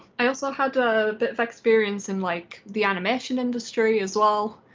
i also had a bit of experience in like the animation industry as well.